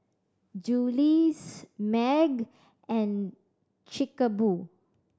Julie's MAG and Chic a Boo